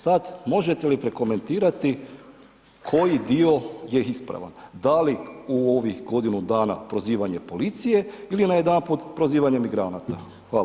Sad, možete li prokomentirati koji dio je ispravan, da li u ovih godinu dana prozivanje policije ili najedanput prozivanje migranata.